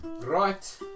Right